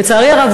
לצערי הרב,